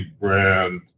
brand